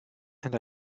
and